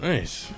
Nice